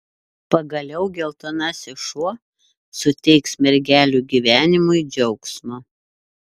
pagaliau geltonasis šuo suteiks mergelių gyvenimui džiaugsmo